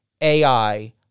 AI